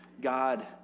God